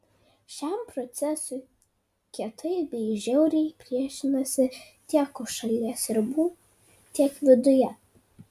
šiam procesui kietai bei žiauriai priešinasi tiek už šalies ribų tiek viduje